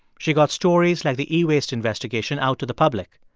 she got stories like the e-waste investigation out to the public.